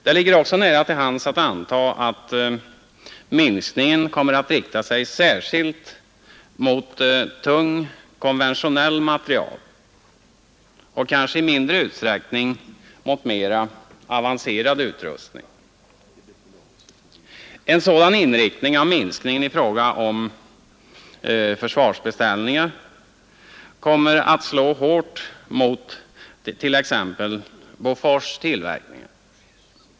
Det ligger även nära till hands att antaga att minskningen kommer att rikta sig särskilt mot tung konventionell materiel och kanske i mindre utsträckning mot mera avancerad utrustning. En sådan inriktning av minskningen i fråga om försvarsbeställningar kommer att slå hårt mot t.ex. Bofors tillverkningar.